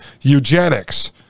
Eugenics